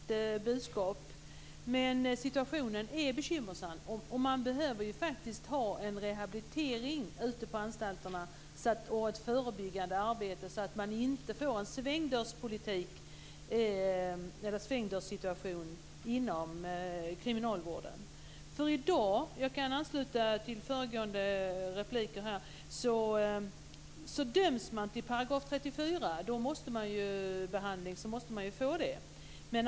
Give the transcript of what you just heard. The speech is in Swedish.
Fru talman! Sven-Erik Sjöstrand är ju påläst och han har ett trovärdigt budskap. Men situationen är bekymmersam. Det behövs en rehabilitering och ett förebyggande arbete ute på anstalterna så att det inte blir en svängdörrssituation inom kriminalvården. Jag kan ansluta mig till föregående talare här. I dag kan en intagen medges en § 34-vistelse för vård eller behandling utom anstalt, och då måste han ju få det.